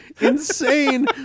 Insane